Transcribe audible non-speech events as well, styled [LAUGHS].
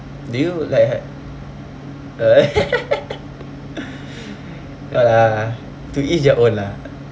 do you like have uh [LAUGHS] ah to each their own lah